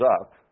up